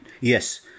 yes